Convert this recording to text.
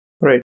Right